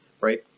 right